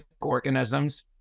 organisms